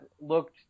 looked